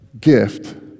gift